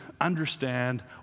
understand